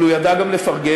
אבל הוא ידע גם לפרגן